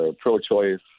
pro-choice